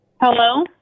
Hello